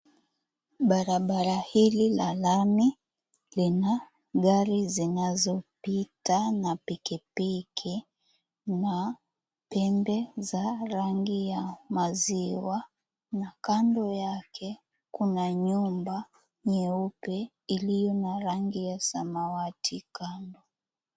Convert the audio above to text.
Barabara hili la lami lina gari zinazopita na pikipiki na pembe za rangi ya maziwa na kando yake kuna nyumba nyeupe iliyo na rangi ya samawati kando.